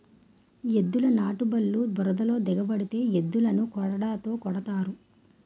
ఎద్దుల నాటుబల్లు బురదలో దిగబడితే ఎద్దులని కొరడాతో కొడతారు